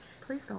Please